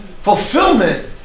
fulfillment